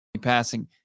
passing